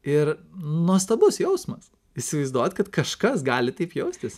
ir nuostabus jausmas įsivaizduot kad kažkas gali taip jaustis